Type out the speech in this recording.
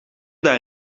daar